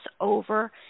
over